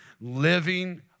living